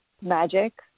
magic